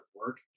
work